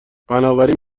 بنابراین